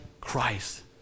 Christ